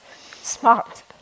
Smart